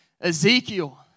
Ezekiel